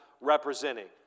representing